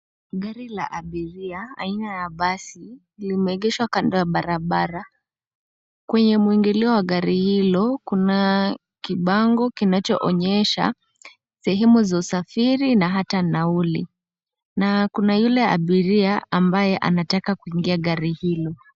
Gari la abiria aina ya basi limeegeshwa kando ya barabara. Kwenye mwingilio wa gari hilo, kuna kibango kinachoonyesha sehemu za usafiri na hata nauli. Na kuna yule abiria ambaye anataka kuingi gari hilo.